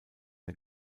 der